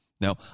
Now